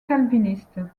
calviniste